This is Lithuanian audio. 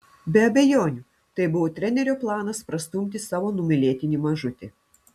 be abejonių tai buvo trenerio planas prastumti savo numylėtinį mažutį